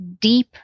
deep